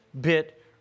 bit